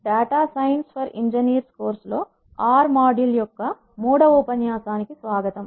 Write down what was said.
data science for engineers కోర్సులో R module యొక్క మూడవ ఉపన్యాసానికి స్వాగతం